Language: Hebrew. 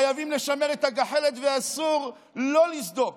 חייבים לשמר את הגחלת ואסור לסדוק,